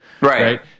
Right